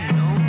no